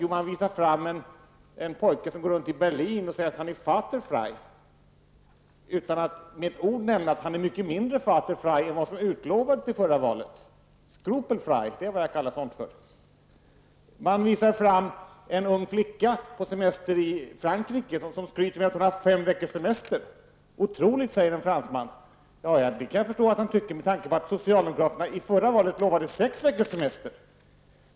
Jo, man visar en pojke som går runt i Berlin och säger att han är ''vaterfrei'', utan att med ett ord nämna att han är mycket mindre vaterfrei än vad som utlovades i förra valet. Skrupelfrei är vad jag kallar sådant för. Man visar fram en flicka på semester i Frankrike som skryter med att hon har fem veckors semester. Otroligt! säger en fransman. Det kan jag förstå att han tycker, med tanke på att socialdemokraterna i förra valet lovade sex veckors semester.